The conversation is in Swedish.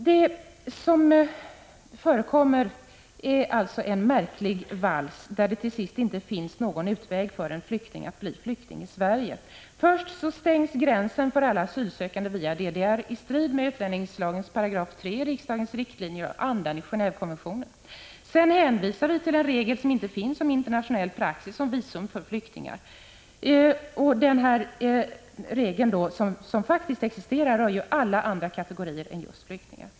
Det som förekommer är alltså en märklig vals, där det till slut inte finns någon utväg för en flykting att bli flykting i Sverige. Först stängs gränsen för alla asylsökande via DDR i strid med 3 § utlänningslagen, riksdagens riktlinjer och andan i Gen&vekonventionen. Sedan hänvisar vi till en regel, som inte finns, om internationell praxis när det gäller visum till flyktingar. Den regel som faktiskt existerar rör ju alla andra kategorier än just flyktingar.